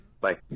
Bye